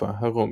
בתקופה הרומית.